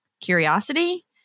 Curiosity